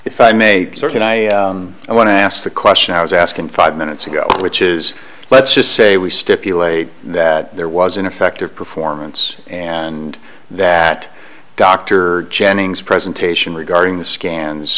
if i may sir can i i want to ask the question i was asking five minutes ago which is let's just say we stipulate that there was an effective performance and that dr jennings presentation regarding the scans